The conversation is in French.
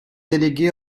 délégué